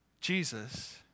Jesus